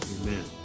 Amen